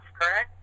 correct